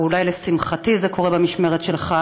או אולי לשמחתי זה קורה במשמרת שלך,